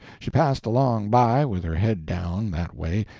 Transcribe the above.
she passed along by, with her head down, that way,